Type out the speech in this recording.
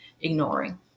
ignoring